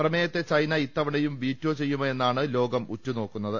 പ്രമേയത്തെ ചൈന ഇത്ത വണയും വീറ്റോ ചെയ്യുമോ എന്നാണ് ലോകം ഉറ്റു നോക്കുന്ന ത്